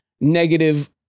negative